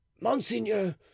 Monseigneur